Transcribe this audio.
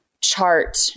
chart